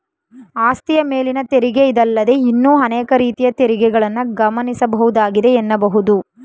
ಆಸ್ತಿಯ ಮೇಲಿನ ತೆರಿಗೆ ಇದಲ್ಲದೇ ಇನ್ನೂ ಅನೇಕ ರೀತಿಯ ತೆರಿಗೆಗಳನ್ನ ಗಮನಿಸಬಹುದಾಗಿದೆ ಎನ್ನಬಹುದು